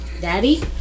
Daddy